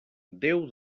déu